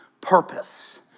purpose